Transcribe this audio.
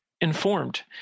informed